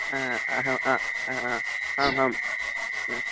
अहं आम् आम्